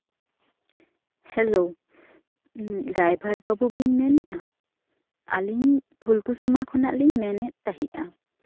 hello driver ᱵᱟᱹᱵᱩ ᱵᱤᱱ ᱢᱮᱱ ᱮᱜᱼᱟ ᱟ ᱞᱤᱧ ᱯᱷᱩᱞᱠᱩᱥᱢᱟ ᱠᱷᱚᱱᱟᱜ ᱞᱤᱧ ᱢᱮᱱᱮᱜ ᱛᱟᱦᱮᱸᱜᱼᱟ